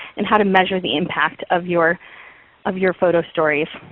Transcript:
and how to measure the impact of your of your photo stories,